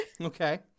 Okay